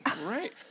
right